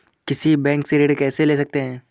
किसी बैंक से ऋण कैसे ले सकते हैं?